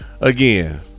again